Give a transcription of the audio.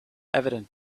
evident